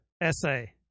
essay